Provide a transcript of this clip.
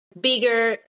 bigger